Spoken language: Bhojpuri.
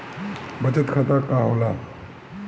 बचत खाता का होला?